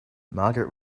margaret